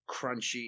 crunchy